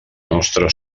nostra